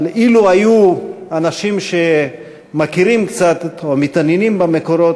אבל אילו היו אנשים מכירים קצת או מתעניינים במקורות,